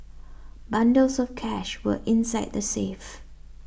bundles of cash were inside the safe